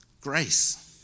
Grace